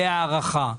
להארכה.